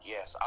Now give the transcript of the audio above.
Yes